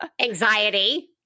Anxiety